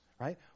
right